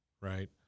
right